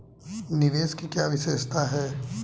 निवेश की क्या विशेषता है?